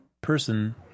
person